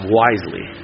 wisely